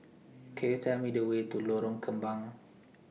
Could YOU Tell Me The Way to Lorong Kembang